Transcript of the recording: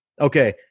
okay